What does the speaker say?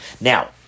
Now